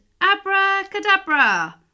abracadabra